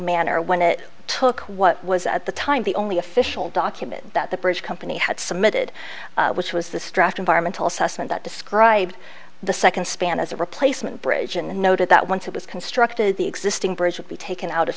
manner when it took what was at the time the only official document that the bridge company had submitted which was this draft environmental assessment that described the second span as a replacement bridge and noted that once it was constructed the existing bridge would be taken out of